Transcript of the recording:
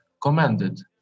commanded